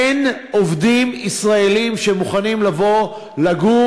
אין עובדים ישראלים שמוכנים לבוא לגור